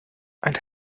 and